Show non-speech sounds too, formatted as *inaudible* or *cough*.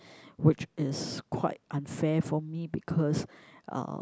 *breath* which is quite unfair for me because uh